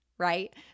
right